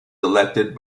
elected